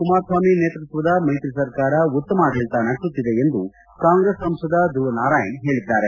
ಕುಮಾರಸ್ವಾಮಿ ನೇತೃತ್ವದ ಮೈತ್ರಿ ಸರ್ಕಾರ ಉತ್ತಮ ಆಡಳಿತ ನಡೆಸುತ್ತಿದೆ ಎಂದು ಕಾಂಗ್ರೆಸ್ ಸಂಸದ ಧೃವ ನಾರಾಯಣ್ ಹೇಳಿದ್ದಾರೆ